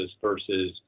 versus